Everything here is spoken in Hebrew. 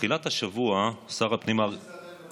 בתחילת השבוע שר הפנים אריה, זה עדיין